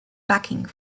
backing